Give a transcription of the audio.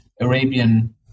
Arabian